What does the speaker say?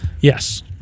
Yes